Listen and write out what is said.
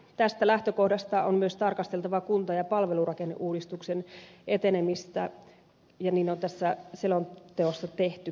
tästä lähtökohdasta on myös tarkasteltava kunta ja palvelurakenneuudistuksen etenemistä ja niin on tässä selonteossa tehtykin näin on tarkasteltu